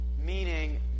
meaning